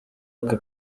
aka